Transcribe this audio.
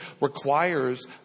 requires